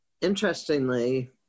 interestingly